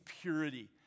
purity